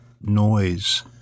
noise